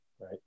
Right